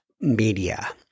media